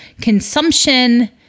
consumption